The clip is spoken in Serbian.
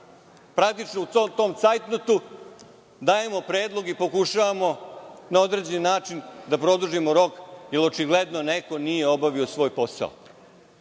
praktično u svom tom cajtnotu dajemo predlog i pokušavamo na određeni način da produžimo rok, jer očigledno neko nije radio svoj posao.